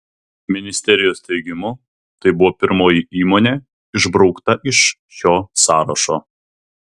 ministerijos teigimu tai buvo pirmoji įmonė išbraukta iš šio sąrašo